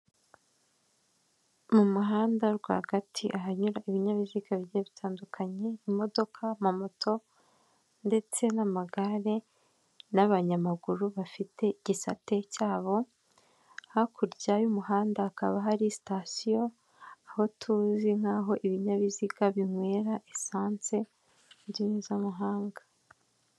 Mu muhanda rwagati ahanyura ibinyabiziga bigiye bitandukanye imodoka mamoto ndetse n'amagare n'abanyamaguru bafite igisate cya bo hakurya y'umuhanda hakaba hari sitasiyo aho tuzi nk'aho ibinyabiziga binywera ensance mu ndimi z'mahanga.